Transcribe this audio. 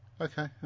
Okay